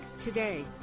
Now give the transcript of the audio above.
today